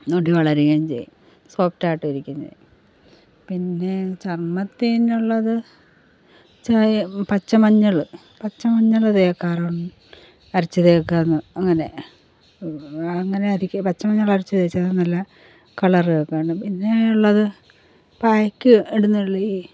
മുടി വളരുകയും ചെയ്യും സോഫ്റ്റായിട്ടിരിക്കുകയും ചെയ്യും പിന്നെ ചർമത്തിനുള്ളത് പച്ചമഞ്ഞൾ പച്ചമഞ്ഞൾ തേയ്ക്കാറുണ്ട് അരച്ച് തേയ്ക്കുക അങ്ങനെ അങ്ങനെ പച്ചമഞ്ഞൾ അരച്ച് തേയ്ച്ചാൽ നല്ല കളർ കാണും പിന്നെയുള്ളത് പായ്ക്ക്